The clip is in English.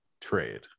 trade